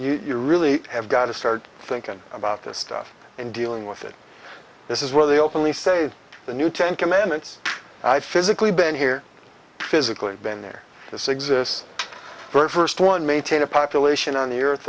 it you really have got to start thinking about this stuff and dealing with it this is where they openly say the new ten commandments i physically been here physically been there this exists for first one maintain a population on the earth